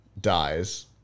dies